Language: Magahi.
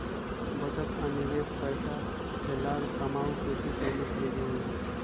बचत आ निवेश पैसा से लाभ कमाय केँ दु प्रमुख विधि हइ